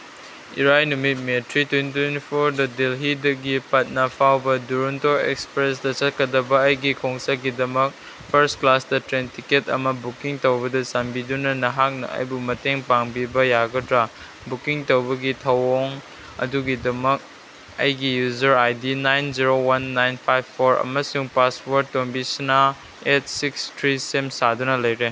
ꯏꯔꯥꯏ ꯅꯨꯃꯤꯠ May three twenty twenty ꯐꯣꯔꯗ ꯗꯦꯜꯍꯤꯗꯒꯤ ꯄꯠꯅꯥ ꯐꯥꯎꯕ ꯗꯨꯔꯟꯇꯣ ꯑꯦꯛꯁꯄ꯭ꯔꯦꯁꯇ ꯆꯠꯀꯗꯕ ꯑꯩꯒꯤ ꯈꯣꯡꯆꯠꯀꯤꯗꯃꯛ ꯐꯔꯁ ꯀ꯭ꯂꯥꯁꯇ ꯇ꯭ꯔꯦꯟ ꯇꯤꯀꯦꯠ ꯑꯃ ꯕꯨꯀꯤꯡ ꯇꯧꯕꯗ ꯆꯥꯟꯕꯤꯗꯨꯅ ꯅꯍꯥꯛꯅ ꯑꯩꯕꯨ ꯃꯇꯦꯡ ꯄꯥꯡꯕꯤꯕ ꯌꯥꯒꯗ꯭ꯔꯥ ꯕꯨꯀꯤꯡ ꯇꯧꯕꯒꯤ ꯊꯑꯣꯡ ꯑꯗꯨꯒꯤꯗꯃꯛ ꯑꯩꯒꯤ user I D nine zero one nine five four ꯑꯃꯁꯨꯡ ꯄꯥꯁꯋꯔꯠ ꯇꯣꯝꯕꯤꯁꯅꯥ ꯑꯦꯠ ꯁꯤꯛꯁ ꯊ꯭ꯔꯤ ꯁꯦꯝ ꯁꯥꯗꯨꯅ ꯂꯩꯔꯦ